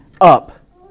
up